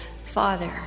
Father